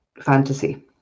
fantasy